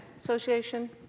Association